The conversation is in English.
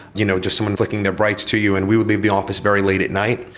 you know, just someone flicking their brights to you, and we would leave the office very late at night.